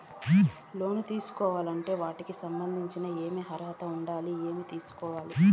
లోను తీసుకోవాలి అంటే వాటికి సంబంధించి ఏమి అర్హత ఉండాలి, ఏమేమి తీసుకురావాలి